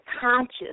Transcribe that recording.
conscious